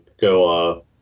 go